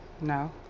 No